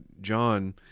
John